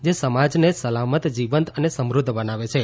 જે સમાજને સલામત જીવંત અને સમૃધ્ધ બનાવે છે